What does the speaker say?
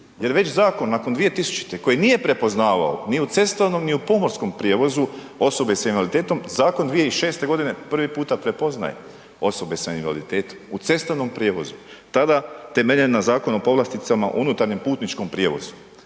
jer već zakon, nakon 2000. koji nije prepoznavao ni u cestovnom ni u pomorskom prijevozu osobe s invaliditetom, zakon 2006. g. prvi puta prepoznaje osobe s invaliditetom u cestovnom prijevozu. Tada temeljen na Zakonu o povlasticama unutarnjem putničkom prijevozu